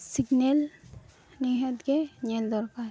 signal ᱱᱤᱦᱟᱹᱛ ᱜᱮ ᱧᱮᱞ ᱫᱚᱨᱠᱟᱨ